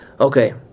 Okay